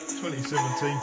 2017